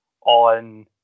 on